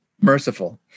merciful